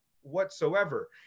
whatsoever